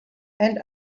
and